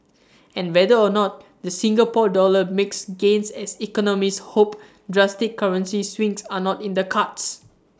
and whether or not the Singapore dollar makes gains as economists hope drastic currency swings are not in the cards